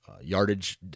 Yardage